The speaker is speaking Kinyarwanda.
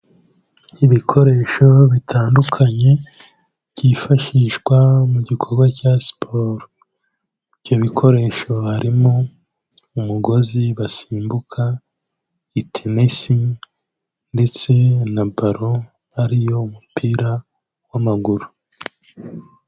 Ibikoresho bitandukanye byifashishwa mu gikorwa cya siporo, ibyo bikoresho harimo umugozi basimbuka, itenesi ndetse na baro ari yo mupira w'amaguru.